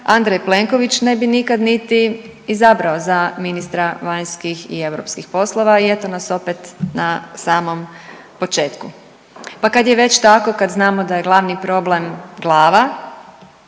Andrej Plenković ne bi nikad niti izabrao za ministra vanjskih i europskih poslova i eto nas opet na samom početku. Pa kad je već tako, kad znamo da je glavni problem glava